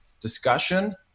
discussion